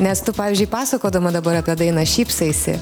nes tu pavyzdžiui pasakodama dabar apie dainą šypsaisi